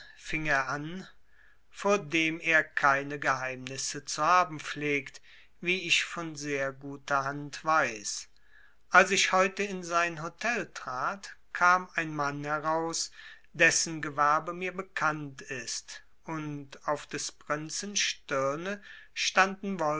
er an vor dem er keine geheimnisse zu haben pflegt wie ich von sehr guter hand weiß als ich heute in sein hotel trat kam ein mann heraus dessen gewerbe mir bekannt ist und auf des prinzen stirne standen